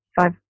five